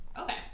Okay